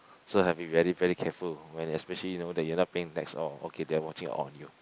so have to be very very careful when especially you know that you are not paying tax at all they are watching on you